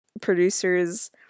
producers